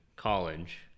college